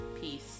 Peace